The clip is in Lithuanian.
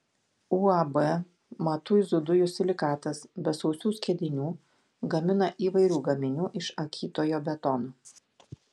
uab matuizų dujų silikatas be sausų skiedinių gamina įvairių gaminių iš akytojo betono